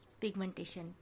pigmentation